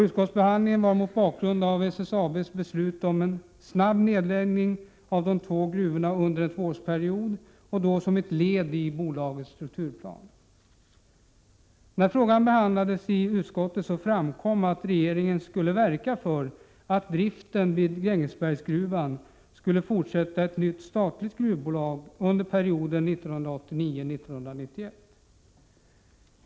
Utskottsbehandlingen gjordes mot bakgrund av SSAB:s beslut om en snabb nedläggning av de två gruvorna under en tvåårsperiod och då som ett led i bolagets strukturplan. 133 När frågan behandlades i utskottet framkom det att regeringen skulle verka för att driften vid Grängesbergsgruvan skulle fortsätta i ett nytt statligt gruvbolag under perioden 1989-1991.